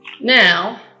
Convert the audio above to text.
now